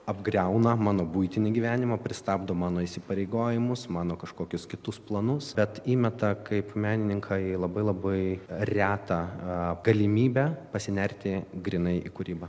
apgriauna mano buitinį gyvenimą pristabdo mano įsipareigojimus mano kažkokius kitus planus bet įmeta kaip menininką į labai labai retą galimybę pasinerti grynai į kūrybą